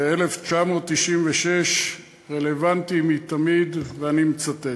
ב-1996 רלוונטיים מתמיד, ואני מצטט: